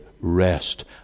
rest